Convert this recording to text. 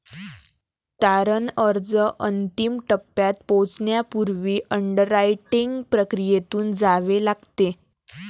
तारण अर्ज अंतिम टप्प्यात पोहोचण्यापूर्वी अंडररायटिंग प्रक्रियेतून जावे लागते